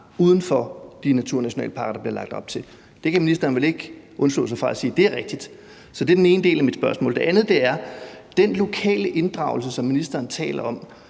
uden for de naturnationalparker, der bliver lagt op til. Det kan ministeren vel ikke undslå sig fra at sige er rigtigt. Så det er den ene del af mit spørgsmål. Den anden del er, om det i forhold til den lokale inddragelse, som ministeren taler om,